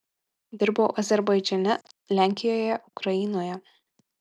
dirbau azerbaidžane lenkijoje ukrainoje